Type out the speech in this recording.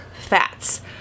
fats